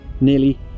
nearly